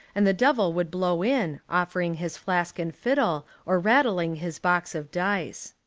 and the devil would blow in, offering his flask and fiddle, or rattling his box of dice.